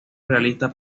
realista